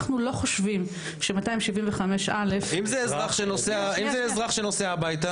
אנחנו לא חושבים ש- 275 א' -- ואם זה אזרח שנוסע הביתה?